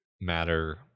matter